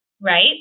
right